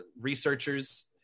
researchers